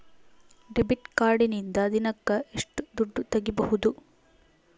Debit ಕಾರ್ಡಿನಿಂದ ದಿನಕ್ಕ ಎಷ್ಟು ದುಡ್ಡು ತಗಿಬಹುದು?